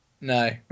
No